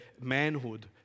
manhood